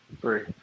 Three